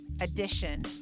edition